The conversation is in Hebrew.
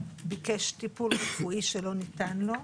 ביקש טיפול רפואי שלא ניתן לו,